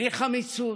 בלי חמיצות.